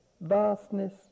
vastness